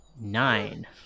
Nine